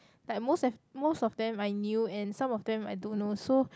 like most of most of them I knew and some of them I don't know so